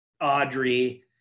Audrey